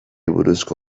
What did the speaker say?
buruzko